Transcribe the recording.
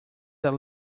that